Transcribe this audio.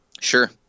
Sure